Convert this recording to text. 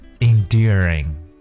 endearing